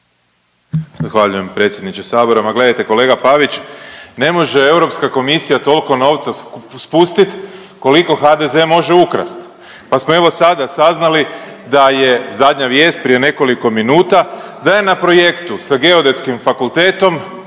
Zahvaljujem predsjedniče sabora. Ma gledajte kolega Pavić, ne može Europska komisija tolko novca spustit koliko HDZ može ukrast, pa smo evo sada saznali da je zadnja vijest prije nekoliko minuta da je na projektu sa Geodetskim fakultetom